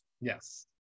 Yes